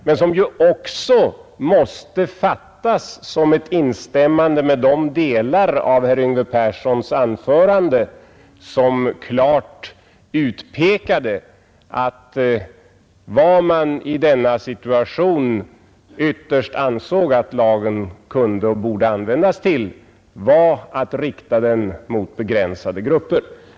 Det måste ju också fattas som ett instämmande i de delar av herr Yngve Perssons anförande som klart utpekade att vad man i denna situation ytterst ansåg att lagen kunde och borde användas till var att rikta den mot begränsade grupper.